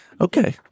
Okay